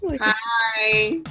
Hi